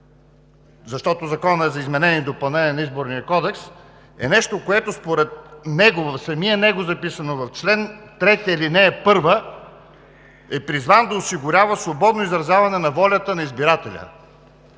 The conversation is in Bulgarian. защото Законът е за изменение и допълнение на Изборния кодекс, е нещо, което – според него, в самия него е записано, в чл. 3, ал. 1: „е призван да осигурява свободно изразяване на волята на избирателя“.